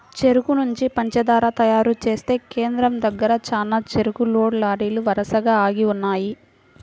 చెరుకు నుంచి పంచదార తయారు చేసే కేంద్రం దగ్గర చానా చెరుకు లోడ్ లారీలు వరసగా ఆగి ఉన్నయ్యి